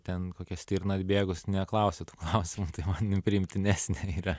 ten kokia stirna atbėgus neklausia tų klausimų tai man priimtinesnė yra